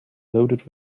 loaded